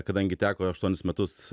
kadangi teko aštuonis metus